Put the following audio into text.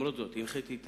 הנחיתי את